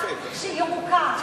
יש שדולה שהיא ירוקה,